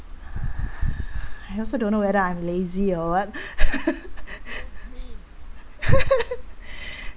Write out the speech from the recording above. I also don't know whether I am lazy or what